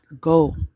go